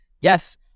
Yes